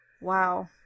wow